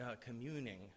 communing